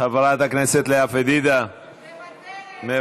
חברת הכנסת לאה פדידה, מוותרת.